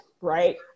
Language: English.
right